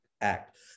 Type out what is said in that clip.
act